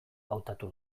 hautatu